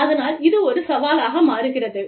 அதனால் இது ஒரு சவாலாக மாறுகிறது'